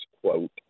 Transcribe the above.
quote